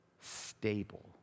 stable